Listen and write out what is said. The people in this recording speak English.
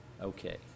okay